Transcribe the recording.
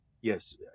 Yes